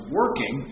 working